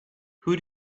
who